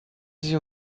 you